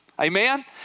Amen